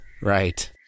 right